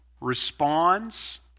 responds